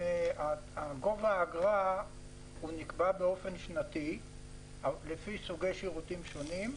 גובה האגרה נקבע באופן שנתי לפי סוגי שירותים שונים,